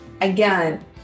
again